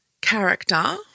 character